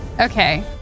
Okay